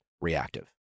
Reactive